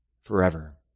forever